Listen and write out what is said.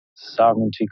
Sovereignty